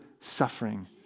suffering